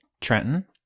Trenton